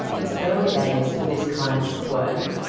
it's early days for this kind of work,